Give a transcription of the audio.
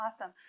Awesome